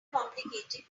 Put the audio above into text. complicated